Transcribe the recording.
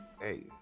Hey